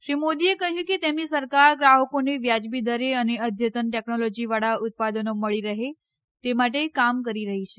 શ્રી મોદીએ કહ્યું કે તેમની સરકાર ગ્રાહકોને વ્યાજબી દરે અને અદ્યતન ટેકનોલોજી વાળા ઉત્પાદનો મળી રહે તે માટે કામ કરી રહી છે